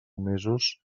mesos